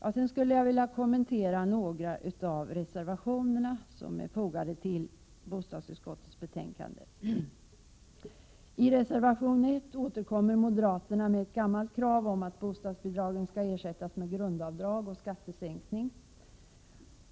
Jag skulle vilja kommentera några av de reservationer som är fogade till bostadsutskottets betänkande. I reservation 1 återkommer moderaterna med ett gammalt krav om att bostadsbidragen skall ersättas med grundavdrag och skattesänkning.